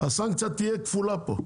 הסנקציה תהיה כפולה פה,